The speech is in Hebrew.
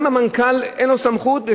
גם המנכ"ל אין לו סמכות,